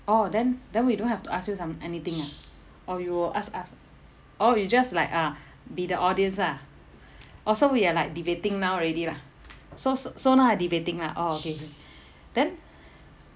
orh then then we don't have to ask you some~ anything ah or you will ask us oh you just like uh be the audience ah oh so we are like debating now already lah so s~ so now I debating lah oh okay hmm then